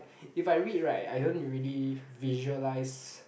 if I read right I don't really visualise